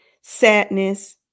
sadness